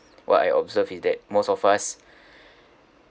what I observe is that most of us